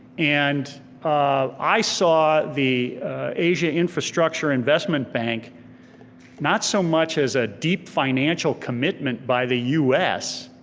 and um i saw the asia infrastructure investment bank not so much as a deep financial commitment by the us,